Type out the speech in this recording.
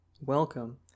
Welcome